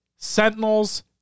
Sentinels